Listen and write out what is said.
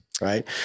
right